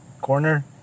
Corner